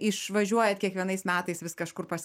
išvažiuojat kiekvienais metais vis kažkur pas